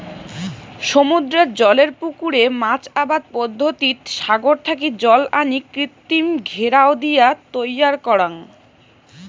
সমুদ্রের জলের পুকুরে মাছ আবাদ পদ্ধতিত সাগর থাকি জল আনি কৃত্রিম ঘেরাও দিয়া তৈয়ার করাং